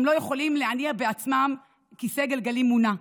הם לא יכולים להניע בעצמם כיסא גלגלים ממונע,